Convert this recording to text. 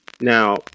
now